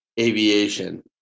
aviation